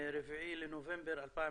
4 בנובמבר 2020,